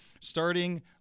starting